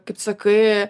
kaip sakai